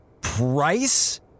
Price